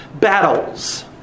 battles